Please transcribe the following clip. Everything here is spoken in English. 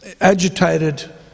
agitated